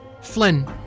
Flynn